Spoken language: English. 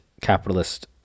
capitalist